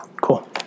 Cool